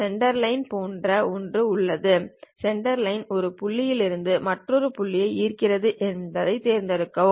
centreline போன்ற ஒன்று உள்ளது சென்டர்லைன் ஒரு புள்ளியில் இருந்து மற்றொரு புள்ளியை ஈர்க்கிறது என்பதைத் தேர்ந்தெடுக்கவும்